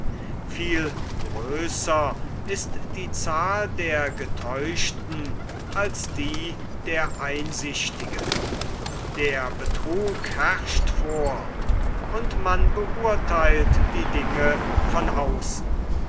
viel größer ist die zahl der getäuschten als die der einsichtigen der betrug herrscht vor und man beurtheilt die dinge von außen